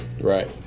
Right